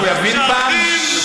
שהוא יבין פעם?